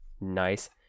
Nice